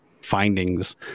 findings